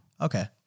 Okay